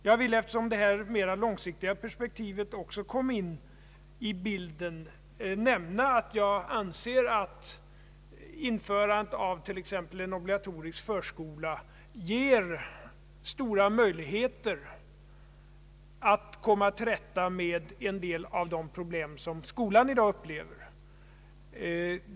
Jag vill nämna, eftersom de mera långsiktiga perspektiven kom in i bilden, att jag anser att införandet av t.ex. en obligatorisk förskola ger stora möjligheter att komma till rätta med en hel del av de problem som skolan i dag upplever.